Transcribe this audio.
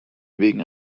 wegen